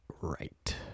right